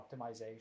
optimization